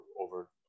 over